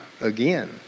again